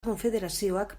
konfederazioak